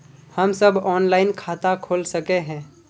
हम सब ऑनलाइन खाता खोल सके है?